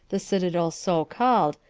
the citadel so called,